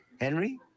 Henry